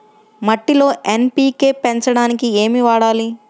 మట్టిలో ఎన్.పీ.కే పెంచడానికి ఏమి వాడాలి?